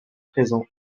présent